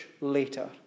later